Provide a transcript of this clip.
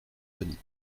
denis